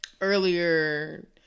earlier